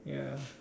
ya